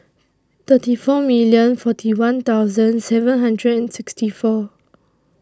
three four million forty one thousand seven hundred and sixty four